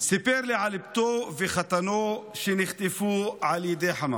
סיפר לי על בתו וחתנו שנחטפו על ידי חמאס.